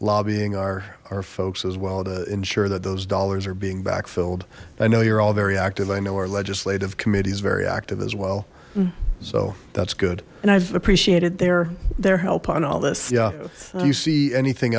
lobbying our our folks as well to ensure that those dollars are being backfilled i know you're all very active i know our legislative committee is very active as well so that's good and i've appreciated their their help on all this yeah do you see anything